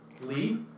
Lee